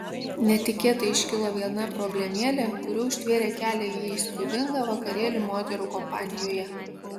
netikėtai iškilo viena problemėlė kuri užtvėrė kelią į įspūdingą vakarėlį moterų kompanijoje